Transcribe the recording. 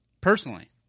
Personally